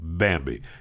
Bambi